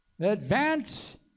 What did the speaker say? advance